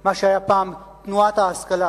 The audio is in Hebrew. מה שהיה פעם תנועת ההשכלה.